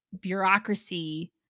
bureaucracy